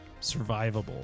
survivable